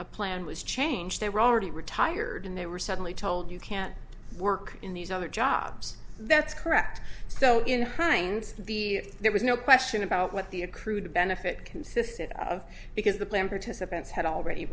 a plan was changed they were already retired and they were suddenly told you can't work in these other jobs that's correct so in hindsight the there was no question about what the accrued benefit consisted of because the plan participants had already